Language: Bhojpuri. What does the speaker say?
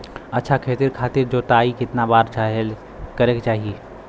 अच्छा खेती खातिर जोताई कितना बार करे के चाही?